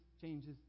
changes